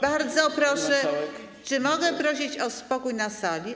Bardzo proszę, czy mogę prosić o spokój na sali.